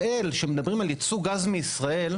כשמדברים על ייצוא גז מישראל,